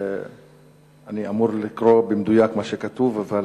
אני אמור לקרוא במדויק מה שכתוב.